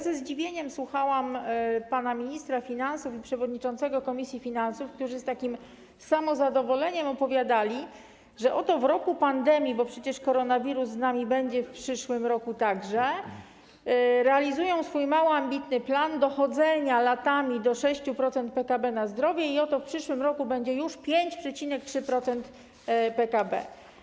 Ze zdziwieniem słuchałam pana ministra finansów i przewodniczącego komisji finansów, którzy z takim samozadowoleniem opowiadali, że oto w roku pandemii, bo przecież koronawirus będzie z nami także w przyszłym roku, realizują swój mało ambitny plan dochodzenia latami do 6% PKB na zdrowie i oto w przyszłym roku będzie już 5,3% PKB.